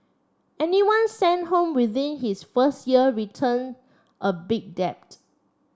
anyone sent home within his first year return a big debt